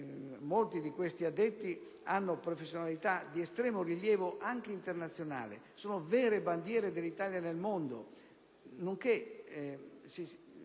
Molti di questi addetti hanno professionalità di estremo rilievo, anche internazionale: sono vere bandiere dell'Italia nel mondo.